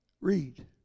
Read